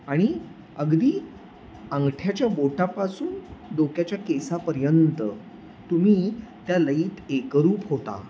आणि अगदी अंगठ्याच्या बोटापासून डोक्याच्या केसापर्यंत तुम्ही त्या लयीत एकरूप होता